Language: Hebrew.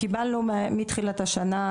מתחילת השנה,